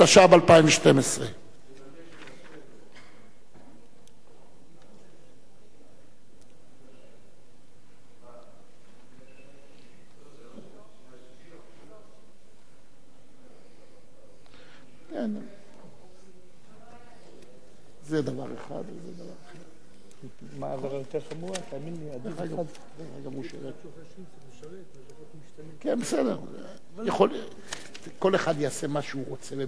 התשע"ב 2012. כל אחד יעשה מה שהוא רוצה לביתו.